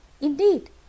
Indeed